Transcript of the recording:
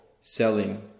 selling